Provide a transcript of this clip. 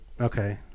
okay